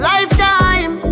Lifetime